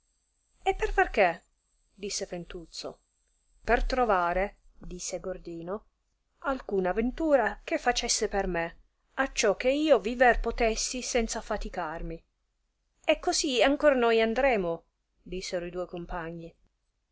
e per far che disse fentuzzo per trovare rispose gordino alcuna ventura che facesse per me acciò che io viver potessi senza affaticarmi e cosi ancor noi andemo dissero e duoi compagni